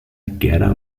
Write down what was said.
guerra